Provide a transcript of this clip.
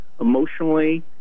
emotionally